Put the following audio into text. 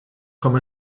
com